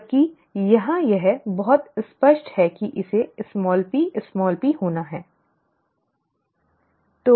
जबकि यहाँ यह बहुत स्पष्ट है कि इसे pp होना है ठीक है